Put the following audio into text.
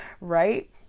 Right